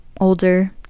older